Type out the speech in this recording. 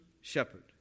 shepherd